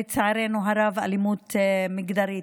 לצערנו הרב, אלימות מגדרית.